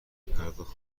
پرداخت